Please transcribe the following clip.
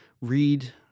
read